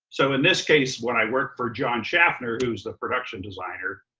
so in this case, when i work for john shaffner, who's the production designer,